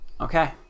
Okay